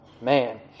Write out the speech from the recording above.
man